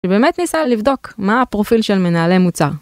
שבאמת ניסה לבדוק מה הפרופיל של מנהלי מוצר.